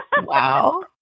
Wow